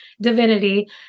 divinity